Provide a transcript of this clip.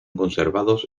conservados